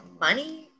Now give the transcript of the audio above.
money